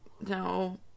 No